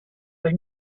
they